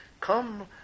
Come